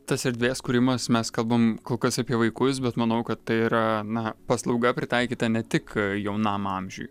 tas erdvės kūrimas mes kalbam kol kas apie vaikus bet manau kad tai yra na paslauga pritaikyta ne tik jaunam amžiui